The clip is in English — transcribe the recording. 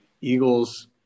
Eagles